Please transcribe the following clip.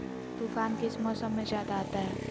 तूफ़ान किस मौसम में ज्यादा आता है?